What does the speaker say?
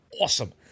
awesome